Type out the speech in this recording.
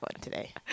today